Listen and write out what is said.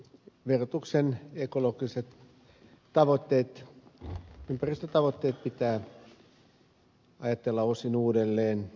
verotuksen ekologiset tavoitteet ympäristötavoitteet pitää ajatella osin uudelleen